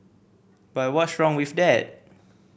but what's wrong with that